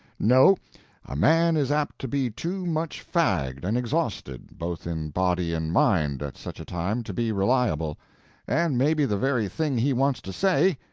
no a man is apt to be too much fagged and exhausted, both in body and mind, at such a time, to be reliable and maybe the very thing he wants to say,